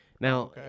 Now